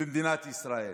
במדינת ישראל.